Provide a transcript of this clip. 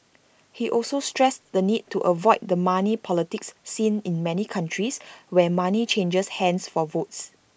he also stressed the need to avoid the money politics seen in many countries where money changes hands for votes